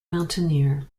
mountaineer